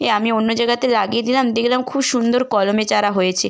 এ আমি অন্য জায়গাতে লাগিয়ে দিলাম দেখলাম খুব সুন্দর কলমের চারা হয়েছে